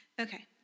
Okay